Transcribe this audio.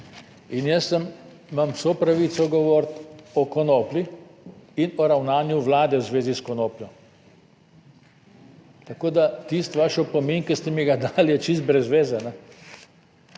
In jaz imam vso pravico govoriti o konoplji in o ravnanju Vlade v zvezi s konopljo. Tako da tisti vaš opomin, ki ste mi ga dali, je čisto brez zveze.